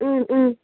ꯎꯝ ꯎꯝ